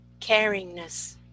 caringness